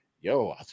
yo